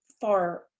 far